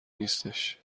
نیستش